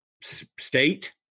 State